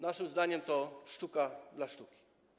Naszym zdaniem to sztuka dla sztuki.